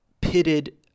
pitted